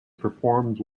performed